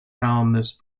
columnist